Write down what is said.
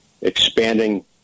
expanding